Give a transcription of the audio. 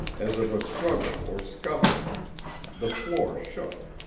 as of a struggle or scuffle the floor shook.